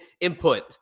input